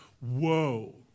Whoa